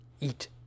eat